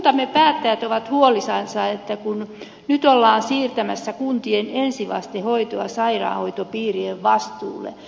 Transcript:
kuntamme päättäjät ovat huolissansa siitä kun nyt ollaan siirtämässä kuntien ensivastehoitoa sairaanhoitopiirien vastuulle